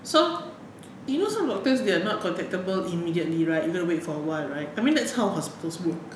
so you know some doctors they are not contactable immediately right you gonna wait for a while right I mean that's how hospitals work